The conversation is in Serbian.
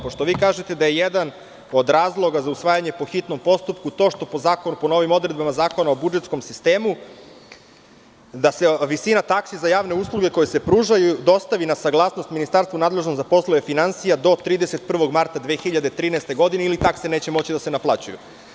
Pošto kažete da je jedan od razloga za usvajanje po hitnom postupku to što po zakonu, po novim odredbama Zakona o budžetskom sistemu, da se visina taksi za javne usluge koje se pružaju dostave na saglasnost Ministarstvu nadležnom za poslove finansija do 31. marta 2013. godine, ili takse neće moći da se naplaćuju.